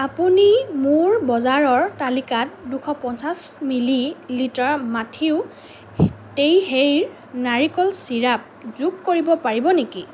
আপুনি মোৰ বজাৰৰ তালিকাত দুশ পঞ্চাছ মিলিলিটাৰ মাথিউ টেইসেইৰ নাৰিকল চিৰাপ যোগ কৰিব পাৰিব নেকি